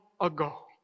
ago